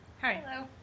hi